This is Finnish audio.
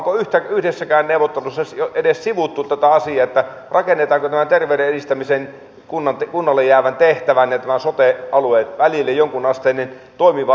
onko yhdessäkään neuvottelussa edes sivuttu tätä asiaa rakennetaanko tämän kunnalle jäävän terveyden edistämisen tehtävän ja tämän sote alueen välille jonkunasteinen toimiva yhteys